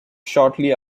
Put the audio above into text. shortly